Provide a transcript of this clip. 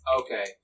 Okay